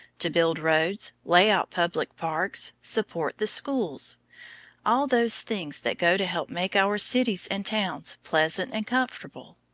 to build roads, lay out public parks, support the schools all those things that go to help make our cities and towns pleasant and comfortable.